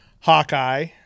Hawkeye